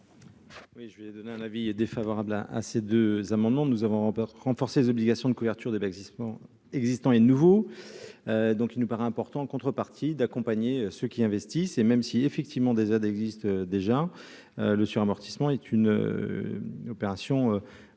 Oui, je lui ai donné un avis défavorable à à ces deux amendements, nous avons remporté renforcer les obligations de couverture de existant existants et de nouveaux donc il nous paraît important, en contrepartie d'accompagner ceux qui investissent et même si, effectivement, des aides existent déjà : le suramortissement est une opération